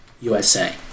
USA